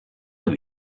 were